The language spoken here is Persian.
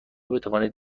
بتوانید